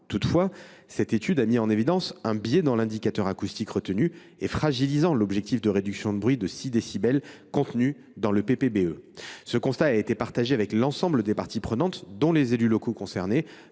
Toutefois, cette étude a mis en évidence un biais dans l’indicateur acoustique retenu de nature à fragiliser l’objectif de réduction du bruit de 6 décibels contenu dans le PPBE. Ce constat a été partagé avec l’ensemble des parties prenantes, dont les élus locaux concernés,